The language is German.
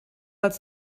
als